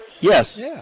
Yes